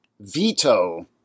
veto